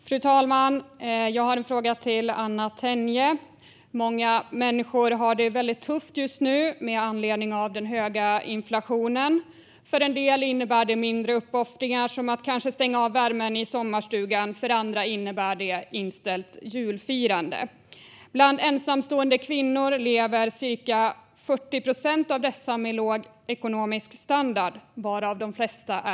Fru talman! Jag har en fråga till Anna Tenje. Med anledning av den höga inflationen har många människor det väldigt tufft just nu. För en del innebär det mindre uppoffringar, som att stänga av värmen i sommarstugan. För andra innebär det inställt julfirande. Cirka 40 procent av alla ensamstående kvinnor lever med låg ekonomisk standard.